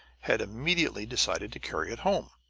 had immediately decided to carry it home.